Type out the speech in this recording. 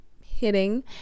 hitting